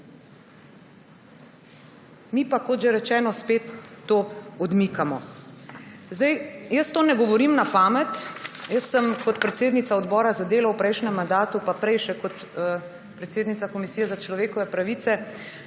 Mi pa, kot že rečeno, spet to odmikamo. Tega ne govorim na pamet. Kot predsednica Odbora za delo v prejšnjem mandatu in še prej kot predsednica Komisije za človekove pravice